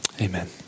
Amen